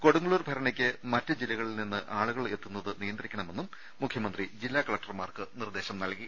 കൊടുങ്ങല്ലൂർ ഭരണിയ്ക്ക് മറ്റ് ജില്ലകളിൽനിന്ന് ആളു കൾ എത്തുന്നത് നിയന്ത്രിക്കണമെന്നും മുഖ്യമന്ത്രി ജില്ലാ കലക്ടർമാർക്ക് നിർദ്ദേശം നൽകി